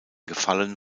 gefallen